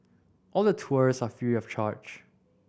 all the tours are free of charge